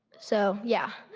so yeah.